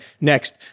Next